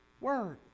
word